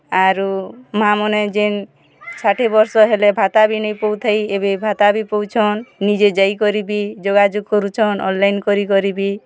ଆରୁ ମା'ମାନେ ଯେନ୍ ଷାଠେ ବର୍ଷ ହେଲେ ଭାତା ବି ନେଇଁ ପଉଥେଇ ଏବେ ଭାତା ବି ପାଉଛନ୍ ଏବେ ବି ନିଜେ ଯାଇକରି ବି ଯୋଗାଯୋଗ୍ କରୁଛନ୍ ଅନ୍ଲାଇନ୍ କରି କରି ବି